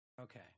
Okay